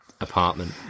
apartment